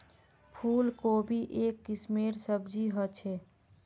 फूल कोबी एक किस्मेर सब्जी ह छे